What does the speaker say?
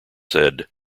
said